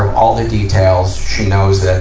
of all details. she knows that, ah,